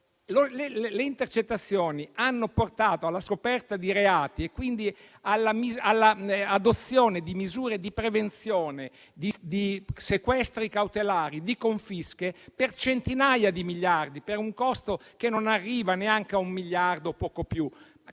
oltretutto ha portato alla scoperta di reati e quindi all'adozione di misure di prevenzione, di sequestri cautelari e di confische per centinaia di miliardi, per un costo che arriva a un miliardo o poco più.